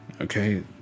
okay